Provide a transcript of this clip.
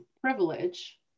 privilege